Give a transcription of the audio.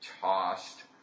tossed